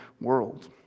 world